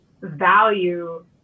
value